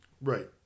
Right